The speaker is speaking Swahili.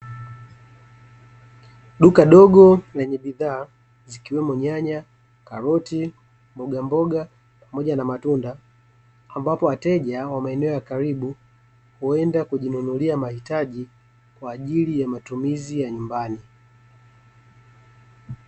Duka dogo lenye bidhaa zikiwemo nyanya, karoti, mbogamboga pamoja na matunda, ambapo wateja wa maeneo ya karibu huenda kujinunulia mahitaji kwaajili ya matumizi ya nyumbani.